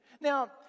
Now